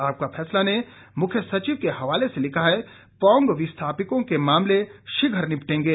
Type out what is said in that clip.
आपका फैसला ने मुख्य सचिव के हवाले से लिखा है पौंग विस्थापितों के मामले शीघ्र निपटेंगे